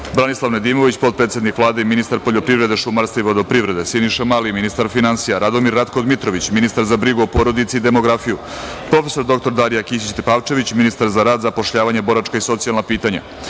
Branislav Nedimović, potpredsednik Vlade i ministar poljoprivrede, šumarstva i vodoprivrede, Siniša Mali, ministar finansija, Radomir Ratko Dmitrović, ministar za brigu o porodici i demografiju, prof. dr Darija Kisić Tepavčević, ministar za rad, zapošljavanje, boračka i socijalna pitanja,